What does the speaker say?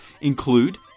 include